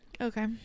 Okay